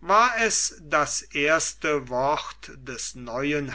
war es das erste wort des neuen